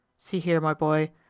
see here, my boy.